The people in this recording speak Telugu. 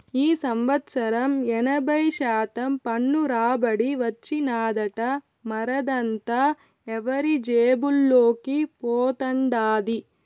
ఈ సంవత్సరం ఎనభై శాతం పన్ను రాబడి వచ్చినాదట, మరదంతా ఎవరి జేబుల్లోకి పోతండాది